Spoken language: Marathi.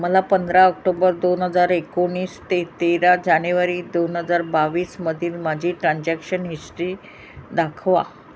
मला पंधरा ऑक्टोबर दोन हजार एकोणीस ते तेरा जानेवारी दोन हजार बावीसमधील माझी ट्रान्झॅक्शन हिस्ट्री दाखवा